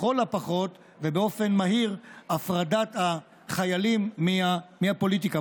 לכל הפחות, ובאופן מהיר הפרדת החיילים מהפוליטיקה.